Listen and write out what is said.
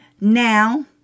now